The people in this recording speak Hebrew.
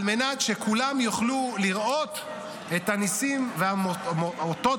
על מנת שכולם יוכלו לראות את הניסים ואת האותות